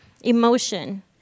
emotion